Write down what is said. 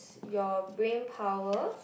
your brain power